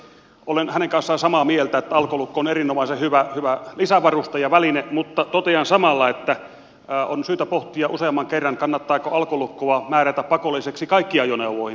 olen hänen kanssaan samaa mieltä että alkolukko on erinomaisen hyvä lisävaruste ja väline mutta totean samalla että on syytä pohtia useamman kerran kannattaako alkolukkoa määrätä pakolliseksi kaikkiin ajoneuvoihin